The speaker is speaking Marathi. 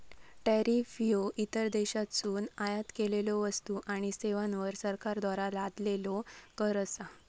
टॅरिफ ह्यो इतर देशांतसून आयात केलेल्यो वस्तू आणि सेवांवर सरकारद्वारा लादलेलो कर असा